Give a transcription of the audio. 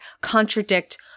contradict